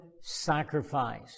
sacrifice